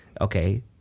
okay